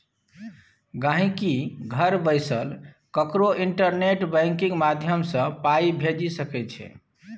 गांहिकी घर बैसल ककरो इंटरनेट बैंकिंग माध्यमसँ पाइ भेजि सकै छै